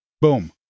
Boom